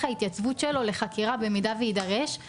ההתייצבות שלו לחקירה במידה ויידרש.